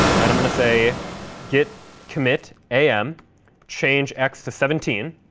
and i'm going to say git commit am change x to seventeen.